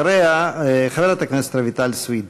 אחריה, חברת הכנסת רויטל סויד.